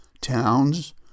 towns